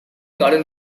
garden